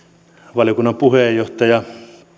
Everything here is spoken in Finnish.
valiokunnan puheenjohtaja